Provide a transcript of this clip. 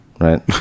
Right